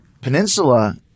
Peninsula